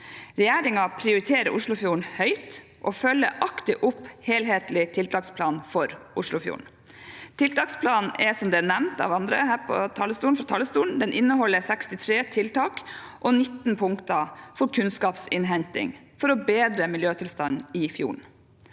Regjeringen prioriterer Oslofjorden høyt og følger aktivt opp helhetlig tiltaksplan for Oslofjorden. Tiltaksplanen inneholder, som nevnt av andre her fra talerstolen, 63 tiltak og 19 punkter for kunnskapsinnhenting, for å bedre miljøtilstanden i fjorden.